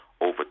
over